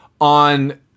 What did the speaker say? on